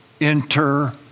Enter